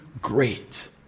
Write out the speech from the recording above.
great